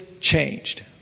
changed